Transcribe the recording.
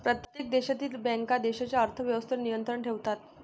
प्रत्येक देशातील बँका देशाच्या अर्थ व्यवस्थेवर नियंत्रण ठेवतात